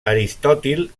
aristòtil